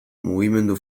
mugimendu